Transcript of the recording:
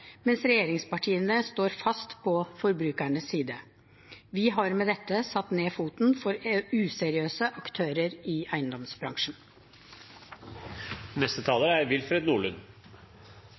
mens regjeringspartiene står fast på forbrukernes side. Vi har med dette satt ned foten for useriøse aktører i eiendomsbransjen.